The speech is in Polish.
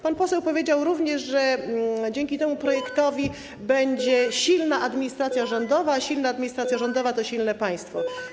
Pan poseł powiedział także, że dzięki temu projektowi będzie silna administracja rządowa, a silna administracja rządowa to silne państwo.